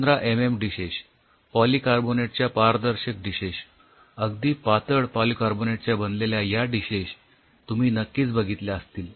१५ mm dishes पॉलीकार्बोनेटच्या पारदर्शक dishes अगदी पातळ पॉलीकार्बोनेटच्या बनलेल्या या डिशेश तुम्ही नक्कीच बघितल्या असतील